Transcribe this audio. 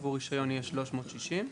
עבור רישיון 360 ₪.